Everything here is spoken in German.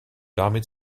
damit